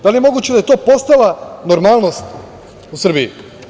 Da li je moguće da je to postala normalnost u Srbiji?